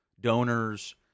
donors